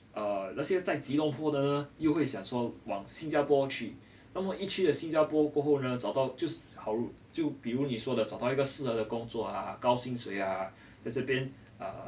err 那些在吉隆坡的呢又会想说往新加坡去那么一去了新加坡过后呢找到就好就比如你说的找到一个适合的工作啊高薪水啊在这边 uh